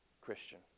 Christian